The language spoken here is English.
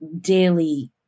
daily